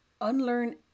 unlearn